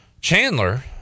chandler